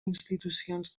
institucions